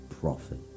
profit